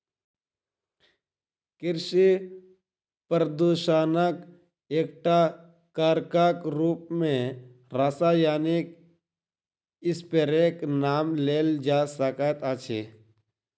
कृषि प्रदूषणक एकटा कारकक रूप मे रासायनिक स्प्रेक नाम लेल जा सकैत अछि